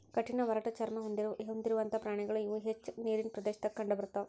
ಕಠಿಣ ಒರಟ ಚರ್ಮಾ ಹೊಂದಿರುವಂತಾ ಪ್ರಾಣಿಗಳು ಇವ ಹೆಚ್ಚ ನೇರಿನ ಪ್ರದೇಶದಾಗ ಕಂಡಬರತಾವ